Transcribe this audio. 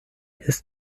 his